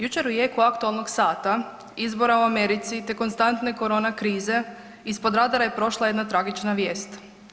Jučer u jeku aktualnog sata, izbora u Americi te konstantne korona krize, ispod radara je prošla jedna tragična vijest.